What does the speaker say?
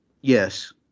Yes